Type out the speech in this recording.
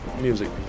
music